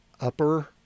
upper